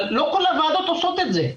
אבל לא כל הוועדות עושות את זה.